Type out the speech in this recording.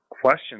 Questions